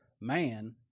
Man